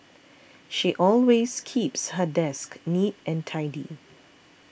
she always keeps her desk neat and tidy